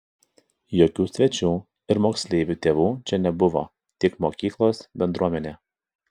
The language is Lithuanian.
jokių svečių ir moksleivių tėvų čia nebuvo tik mokyklos bendruomenė